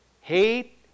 Hate